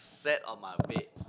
sat of my bed